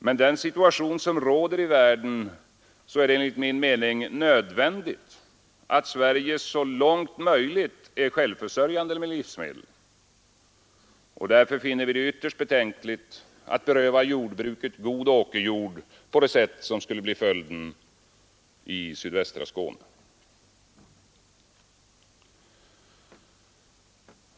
Med den situation som råder i världen är det enligt min uppfattning nödvändigt att Sverige så långt som är möjligt är självförsörjande med livsmedel. Därför finner vi det ytterst betänkligt att beröva jordbruket god åkerjord på det sätt som skulle bli följden i sydvästra Skåne.